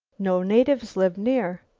no natives lived near.